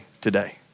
today